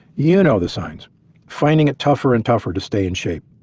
you know the signs finding it tougher and tougher to stay in shape,